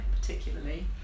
particularly